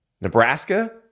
Nebraska